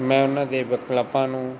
ਮੈਂ ਉਹਨਾਂ ਦੇ ਵਿਕਲਪਾਂ ਨੂੰ